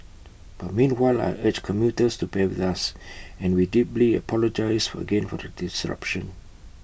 but meanwhile I urge commuters to bear with us and we deeply apologise again for the disruption